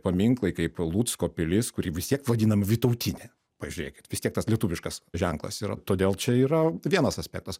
paminklai kaip lucko pilis kuri vis tiek vadinama vytautinė pažiūrėkit vis tiek tas lietuviškas ženklas yra todėl čia yra vienas aspektas